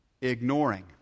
ignoring